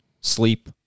sleep